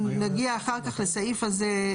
נגיע אחר כך לסעיף הזה,